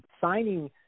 signing